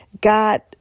God